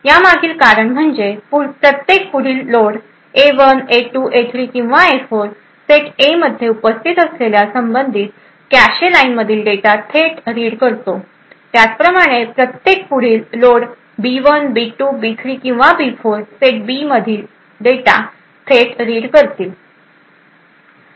या मागील कारण म्हणजे प्रत्येक पुढील लोड ए 1 ए 2 ए 3 किंवा ए 4 सेट ए मध्ये उपस्थित असलेल्या संबंधित कॅशे लाइनमधील डेटा थेट रीड करतो त्याचप्रमाणे प्रत्येक पुढील लोड बी 1 बी 2 बी 3 किंवा बी 4 या सेट बी मधील डेटा थेट रीड करतील